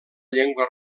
llengua